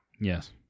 Yes